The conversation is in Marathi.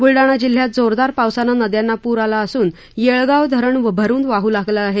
बुलडाणा जिल्हयात जोरदार पावसानं नद्यांना पूर आला असून येळगाव धरण भरुन वाहू लागलं आहे